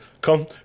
come